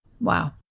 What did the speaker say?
Wow